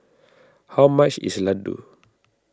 how much is Ladoo